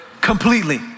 completely